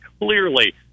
clearly